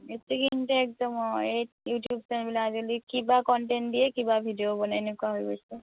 এই ইউটিউব চাই পেলাই আজিকালি কিবা কণ্টেন্ত দিয়ে কিবা ভিডিঅ' বনায় এনেকুৱা হৈ গৈছে